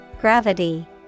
Gravity